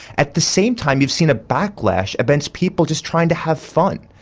at the same time you've seen a backlash against people just trying to have fun.